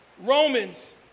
Romans